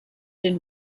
den